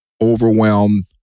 overwhelmed